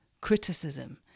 criticism